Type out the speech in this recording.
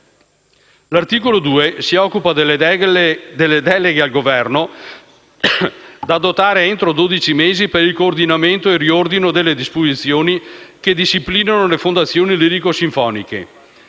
L'articolo 2 si occupa delle deleghe al Governo da adottare entro dodici mesi per il coordinamento e il riordino delle disposizioni che disciplinano le fondazioni lirico-sinfoniche.